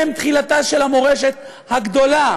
הם תחילתה של המורשת הגדולה